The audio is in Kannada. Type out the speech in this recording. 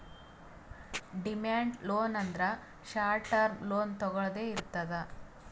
ಡಿಮ್ಯಾಂಡ್ ಲೋನ್ ಅಂದ್ರ ಶಾರ್ಟ್ ಟರ್ಮ್ ಲೋನ್ ತೊಗೊಳ್ದೆ ಇರ್ತದ್